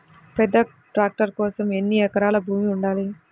పెద్ద ట్రాక్టర్ కోసం ఎన్ని ఎకరాల భూమి ఉండాలి?